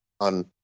on